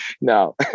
No